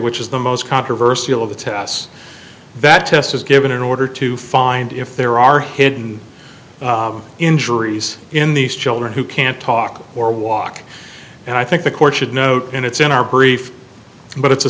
which is the most controversial of the tests that test is given in order to find if there are hidden injuries in these children who can't talk or walk and i think the court should note and it's in our brief but it's a